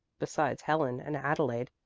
besides helen and adelaide,